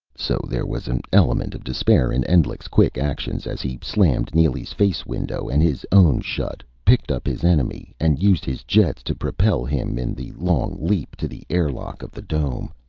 so there was an element of despair in endlich's quick actions as he slammed neely's face-window and his own shut, picked up his enemy, and used his jets to propel him in the long leap to the airlock of the dome.